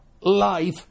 life